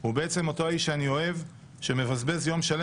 הוא בעצם אותו האיש שאני אוהב שמבזבז יום שלם